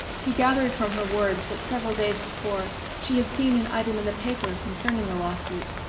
he gathered from her words that several days before she had seen an item in the paper concerning the lawsuit,